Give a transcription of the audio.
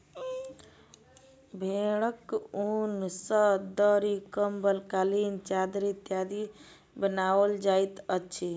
भेंड़क ऊन सॅ दरी, कम्बल, कालीन, चद्दैर इत्यादि बनाओल जाइत अछि